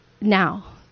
now